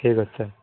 ଠିକ୍ ଅଛି ସାର୍